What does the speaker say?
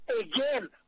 Again